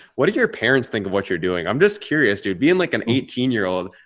what did your parents think of what you're doing? i'm just curious dude being like an eighteen year old.